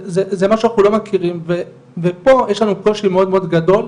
זה משהו שאנחנו לא מכירים ופה יש לנו קושי מאוד מאוד גדול,